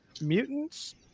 mutants